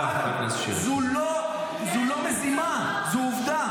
זו לא מזימה, זו עובדה.